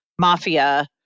mafia